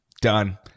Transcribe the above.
Done